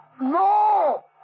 No